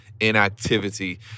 inactivity